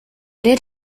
did